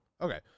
Okay